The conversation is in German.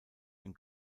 und